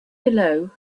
below